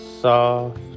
soft